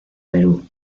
perú